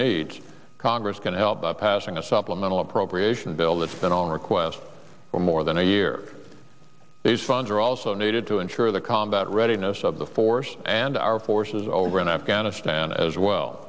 needs congress can help by passing a supplemental appropriation bill that's been on request for more than a year these funds are also needed to ensure the combat readiness of the force and our forces over in afghanistan as well